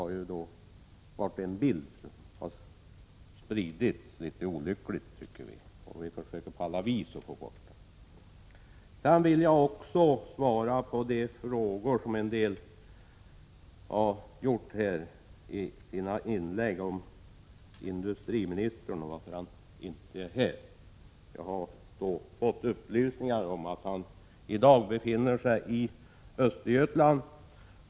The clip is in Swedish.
Det är en olycklig bild som har spritts, och vi försöker på alla vis att få bort den. Sedan vill jag också svara på de frågor som en del talare har ställt om varför industriministern inte är här. Jag har fått upplysningar om att han i dag befinner sig i Östergötland.